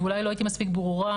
ואולי לא הייתי מספיק ברורה,